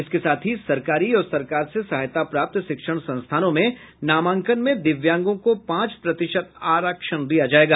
इसके साथ ही सरकारी और सरकार से सहायता प्राप्त शिक्षण संस्थानों में नामांकन में दिव्यांगों को पांच प्रतिशत आरक्षण दिया जायेगा